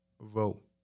vote